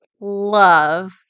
love